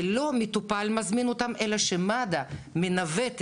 ולא מטופל מזמין אותם אלא שמד"א מנווטת